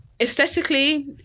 aesthetically